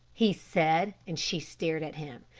he said, and she stared at him.